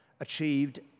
achieved